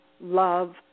love